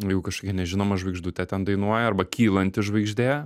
jeigu kažkokia nežinoma žvaigždutė ten dainuoja arba kylanti žvaigždė